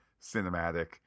cinematic